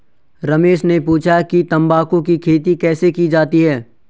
रमेश ने पूछा कि तंबाकू की खेती कैसे की जाती है?